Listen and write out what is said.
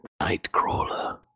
Nightcrawler